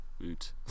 boot